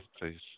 please